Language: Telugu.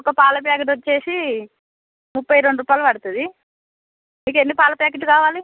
ఒక పాల ప్యాకెట్ వచ్చేసి ముప్పై రెండు రూపాయలు పడుతుంది మీకు ఎన్ని పాల ప్యాకెట్లు కావాలి